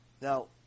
Now